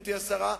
גברתי השרה,